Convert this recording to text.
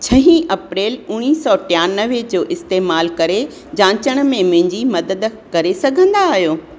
छहीं अप्रेल उणिवीह सौ टियानवे जो इस्तेमालु करे जांचण में मुंहिंजी मदद करे सघंदा आहियो